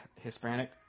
Hispanic